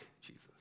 Jesus